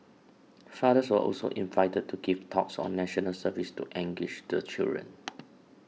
fathers were also invited to give talks on National Service to engage the children